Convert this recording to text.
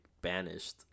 banished